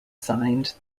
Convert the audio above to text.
signed